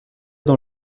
dans